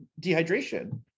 dehydration